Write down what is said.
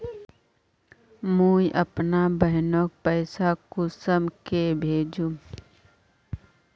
मुई अपना बहिनोक पैसा कुंसम के भेजुम?